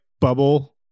bubble